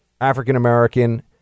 African-American